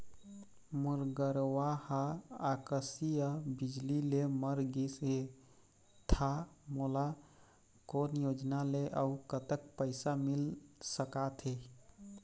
मोर गरवा हा आकसीय बिजली ले मर गिस हे था मोला कोन योजना ले अऊ कतक पैसा मिल सका थे?